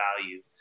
value